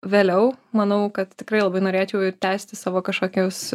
vėliau manau kad tikrai labai norėčiau ir tęsti savo kažkokius